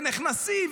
ונכנסים,